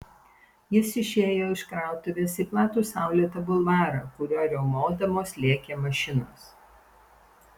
jis išėjo iš krautuvės į platų saulėtą bulvarą kuriuo riaumodamos lėkė mašinos